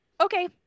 Okay